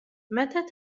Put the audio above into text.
متى